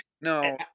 No